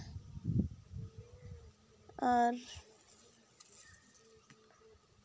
ᱟᱨ